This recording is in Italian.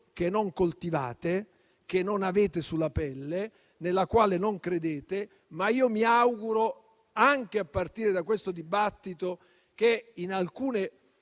che non coltivate, che non avete sulla pelle e nella quale non credete. Ma mi auguro, anche a partire da questo dibattito, che in alcune